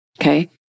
Okay